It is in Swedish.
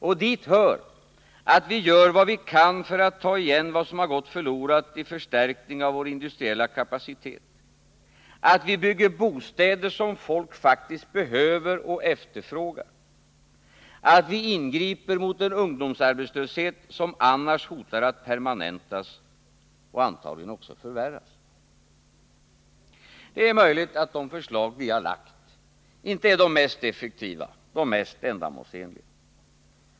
Och dit hör att vi gör vad vi kan för att ta igen vad som gått förlorat i förstärkning av vår industriella kapacitet, att vi bygger bostäder som folk faktiskt behöver och efterfrågar, att vi ingriper mot en ungdomsarbetslöshet som annars hotar att permanentas och antagligen också förvärras. Det är möjligt att de förslag vi har lagt fram inte är de mest effektiva, de mest ändamålsenliga.